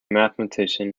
mathematician